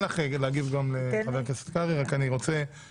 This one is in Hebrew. וגם אם ממשלת ישראל לא עושה את מה שנראה לנכון לעשות